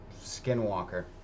Skinwalker